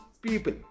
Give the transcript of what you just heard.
people